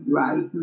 right